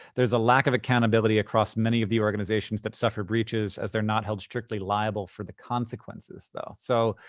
there's a lack of accountability across many of the organizations that suffer breaches, as they're not held strictly liable for the consequences though. so,